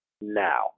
now